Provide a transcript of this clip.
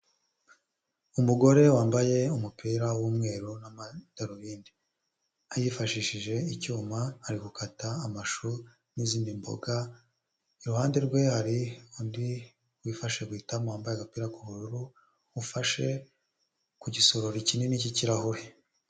Umugore wambaye umupira w'umweru n'amadarubindi, yifashishije icyuma ari gukata amashu, n'izindi mboga, iruhande rwe hari undi wifashe ku itama wambaye agapira k'ubururu, ufashe ku gisorori kinini cy'ikirahure.